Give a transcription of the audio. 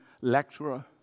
lecturer